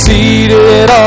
Seated